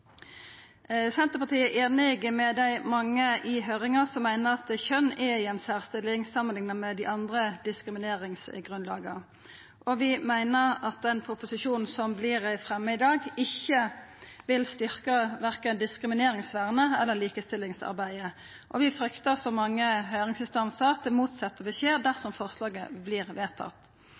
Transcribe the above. Senterpartiet er einig med dei mange i høyringa som meiner at kjønn er i ei særstilling samanlikna med dei andre diskrimineringsgrunnlaga, og vi meiner at den proposisjonen som vert fremja i dag, ikkje vil styrkja verken diskrimineringsvernet eller likestillingsarbeidet. Vi fryktar, som mange høyringsinstansar, at det motsette vil skje dersom forslaget vert vedtatt.